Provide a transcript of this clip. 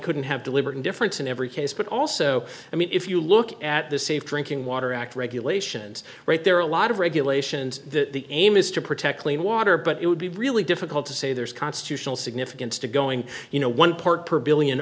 couldn't have deliberate indifference in every case but also i mean if you look at the safe drinking water act regulations right there are a lot of regulations that the aim is to protect clean water but it would be really difficult to say there's constitutional significance to going you know one part per billion